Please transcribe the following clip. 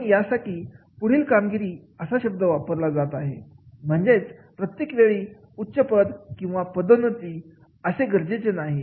म्हणून यासाठी पुढील कामगिरी असा शब्द वापरला जात आहे म्हणजेच प्रत्येक वेळी उच्चपद किंवा पदोन्नती असणे गरजेचे नाही